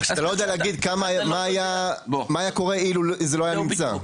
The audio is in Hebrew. אז אתה לא יודע להגיד מה היה קורה אילו זה לא היה נמצא.